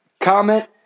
comment